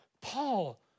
Paul